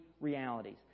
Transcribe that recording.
realities